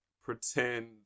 pretend